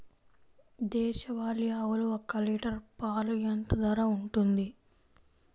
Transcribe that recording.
దేశవాలి ఆవులు ఒక్క లీటర్ పాలు ఎంత ధర ఉంటుంది?